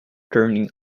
turning